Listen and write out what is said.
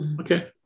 Okay